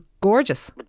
gorgeous